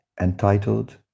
entitled